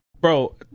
Bro